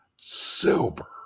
Silver